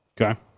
Okay